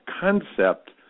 concept